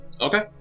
Okay